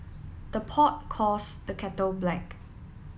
the pot calls the kettle black